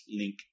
link